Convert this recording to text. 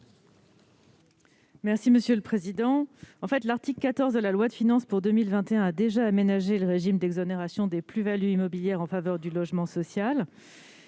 du Gouvernement ? L'article 14 de la loi de finances pour 2021 a déjà aménagé le régime d'exonération des plus-values immobilières en faveur du logement social.